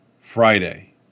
Friday